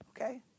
okay